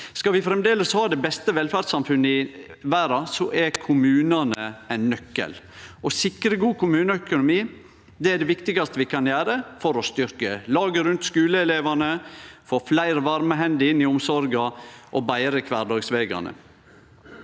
Skal vi framleis ha det beste velferdssamfunnet i verda, er kommunane ein nøkkel. Å sikre ein god kommuneøkonomi er det viktigaste vi kan gjere for å styrkje laget rundt skuleelevane, få fleire varme hender i eldreomsorga og betre kvardagsvegane.